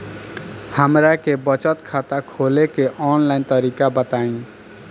हमरा के बचत खाता खोले के आन लाइन तरीका बताईं?